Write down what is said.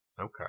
Okay